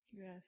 Yes